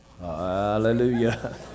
Hallelujah